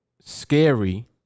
scary